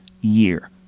year